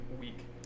week